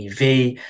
EV